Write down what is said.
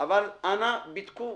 אבל אנא בידקו,